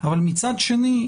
אבל מצד שני,